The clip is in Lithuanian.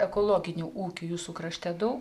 ekologinių ūkių jūsų krašte daug